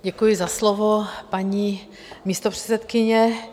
Děkuji za slovo, paní místopředsedkyně.